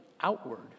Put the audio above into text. outward